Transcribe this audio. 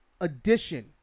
edition